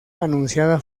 anunciada